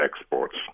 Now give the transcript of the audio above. exports